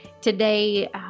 today